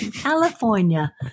California